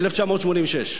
ב-1986.